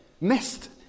missed